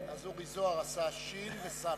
אז אורי זוהר עשה שי"ן וסמ"ך.